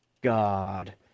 God